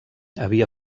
havia